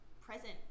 present